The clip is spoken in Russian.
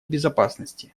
безопасности